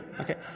Okay